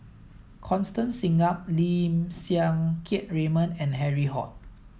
Constance Singam Lim Siang Keat Raymond and Harry Ord